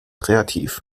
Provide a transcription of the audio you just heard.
kreativ